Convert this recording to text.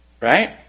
right